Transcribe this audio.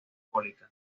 alcohólica